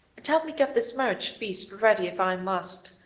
and help me get this marriage feast ready, if i must!